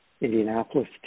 Indianapolis